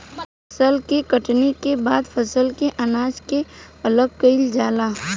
फसल के कटनी के बाद फसल से अनाज के अलग कईल जाला